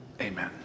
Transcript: Amen